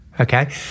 Okay